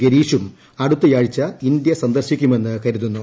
ഗെരീഷും അടുത്ത ആഴ്ച ഇന്ത്യ സന്ദർശിക്കുമെന്ന് കരുതുന്നു